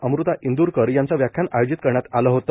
अमृता इंदूरकर यांचं व्याख्यान आयोजित करण्यात आलं होतं